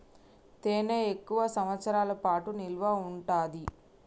తేనె ఎక్కువ సంవత్సరాల పాటు నిల్వ ఉంటాది